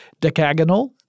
decagonal